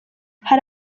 hari